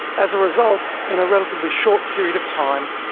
as a result, in a relatively short period of time,